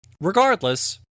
regardless